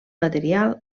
material